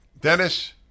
Dennis